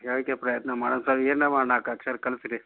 ಹೇಳಕೆ ಪ್ರಯತ್ನ ಮಾಡೋಣ್ ಸರ್ ಏನರ ಮಾಡಿ ನಾಲ್ಕು ಅಕ್ಷರ ಕಲಿಸ್ರಿ